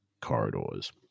corridors